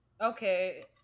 Okay